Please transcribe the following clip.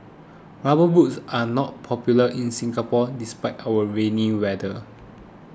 rubber boots are not popular in Singapore despite our rainy weather